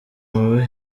muri